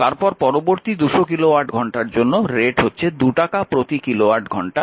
তারপর পরবর্তী 200 কিলোওয়াট ঘন্টার জন্য রেট হচ্ছে 2 টাকা প্রতি কিলোওয়াট ঘন্টা